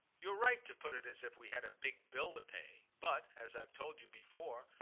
you're right to put it as if we had a big bill to pay, but, as i've told you before,